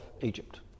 Egypt